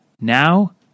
Now